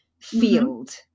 field